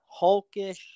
hulkish